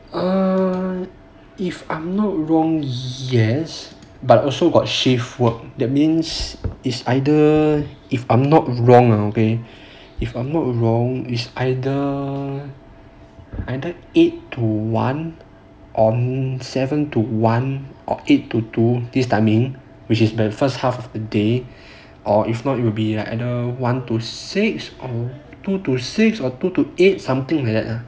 err if I'm not wrong yes but also got shift work that means is either if I'm not wrong ah if I'm not wrong is either either eight on one or seven to one or eight to two this timing which is the first half of the day or if not it will be like either one to six or two to six or two to eight something like that lah